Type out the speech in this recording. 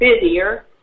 busier